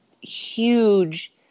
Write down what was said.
huge